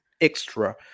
extra